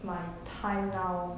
my time now